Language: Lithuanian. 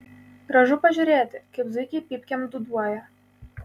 gražu pažiūrėti kaip zuikiai pypkėm dūduoja